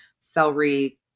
Celery